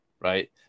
right